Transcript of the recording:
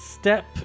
step